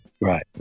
Right